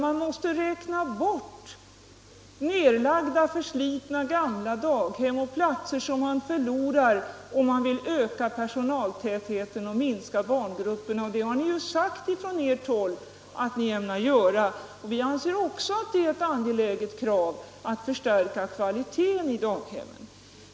Man måste räkna bort nedlagda, förslitna gamla daghem som Om utbyggnaden av läggs ner och platser som man förlorar om man vill öka personaltätheten — barnomsorgen och minska barngrupperna. Och ni har ju sagt från ert håll att ni ämnar göra det. Vi anser också att det är ett angeläget krav att förstärka daghemmens kvalitet.